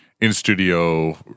in-studio